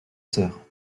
sœurs